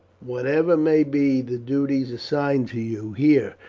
whatever may be the duties assigned to you here,